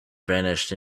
vanished